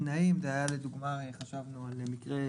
בתנאים זה היה לדוגמא, חשבנו על מקרה.